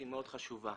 היא מאוד חשובה.